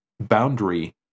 boundary